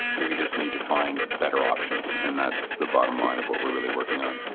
we just need to find better options and that's the bottom line of what we're really working on